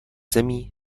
zemí